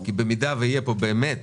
כי במידה ויהיה פה באמת